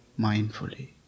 mindfully